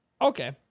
Okay